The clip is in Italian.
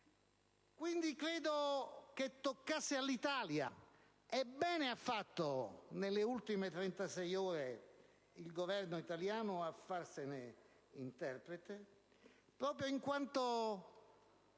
Quindi, credo toccasse all'Italia (e bene ha fatto nelle ultime 36 ore il Governo italiano a farsene interprete), proprio in quanto